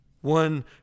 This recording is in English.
One